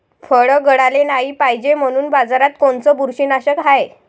फळं गळाले नाही पायजे म्हनून बाजारात कोनचं बुरशीनाशक हाय?